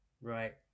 Right